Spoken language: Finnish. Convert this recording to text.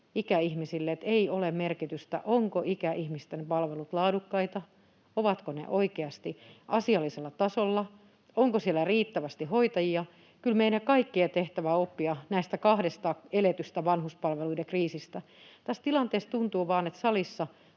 ikäihmisille, että ei ole merkitystä, ovatko ikäihmisten palvelut laadukkaita, ovatko ne oikeasti asiallisella tasolla, onko siellä riittävästi hoitajia. Kyllä meidän kaikkien tehtävä on oppia näistä kahdesta eletystä vanhuspalveluiden kriisistä. Tässä tilanteessa tuntuu vain, että salissa